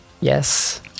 yes